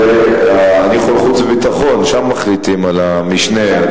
אני יכול חוץ וביטחון, שם מחליטים על המשנה.